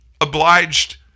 obliged